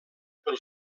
pel